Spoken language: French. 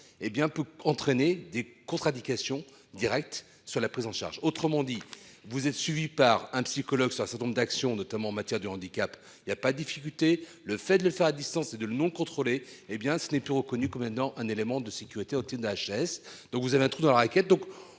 hé bien peut entraîner des contre-indications directe sur la prise en charge. Autrement dit vous êtes suivi par un psychologue. C'est un certain nombre d'actions, notamment en matière de handicap. Il y a pas difficulté, le fait de le faire à distance de l'non contrôlée. Eh bien ce n'est plus reconnu que maintenant un élément de sécurité HS, donc vous avez un trou dans la raquette.